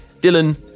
Dylan